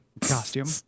costume